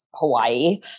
Hawaii